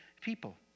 people